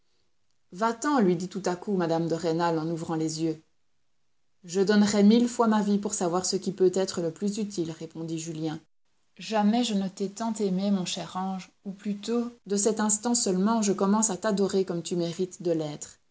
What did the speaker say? va-t'en lui dit tout à coup mme de rênal en ouvrant les yeux je donnerais mille fois ma vie pour savoir ce qui peut t'être le plus utile répondit julien jamais je ne t'ai tant aimée mon cher ange ou plutôt de cet instant seulement je commence à t'adorer comme tu mérites de l'être